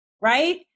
Right